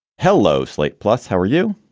hello, slate, plus, how are you?